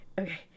okay